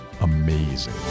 amazing